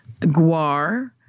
Guar